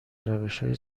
روشهای